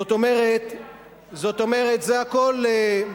זאת אומרת, זה הכול,